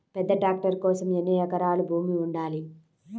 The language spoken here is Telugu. పెద్ద ట్రాక్టర్ కోసం ఎన్ని ఎకరాల భూమి ఉండాలి?